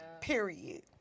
Period